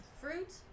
fruit